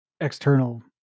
external